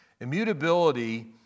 immutability